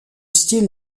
style